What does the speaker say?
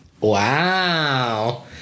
wow